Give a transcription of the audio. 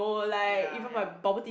ya ya